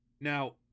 Now